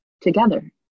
together